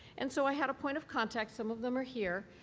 and so i had a point of contact some of them are here